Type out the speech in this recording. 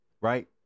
right